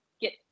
get